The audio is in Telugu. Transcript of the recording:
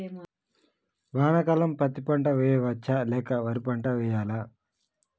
వానాకాలం పత్తి పంట వేయవచ్చ లేక వరి పంట వేయాలా?